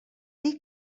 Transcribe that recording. dir